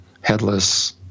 headless